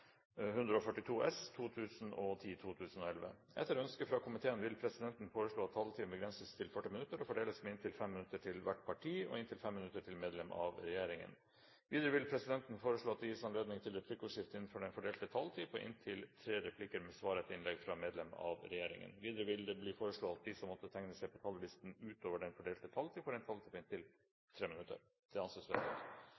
fordeles med inntil 5 minutter til hvert parti og inntil 5 minutter til medlem av regjeringen. Videre vil presidenten foreslå at det gis anledning til replikkordskifte på inntil tre replikker med svar etter innlegg fra medlem av regjeringen innenfor den fordelte taletid. Videre blir det foreslått at de som måtte tegne seg på talerlisten utover den fordelte taletid, får en taletid på inntil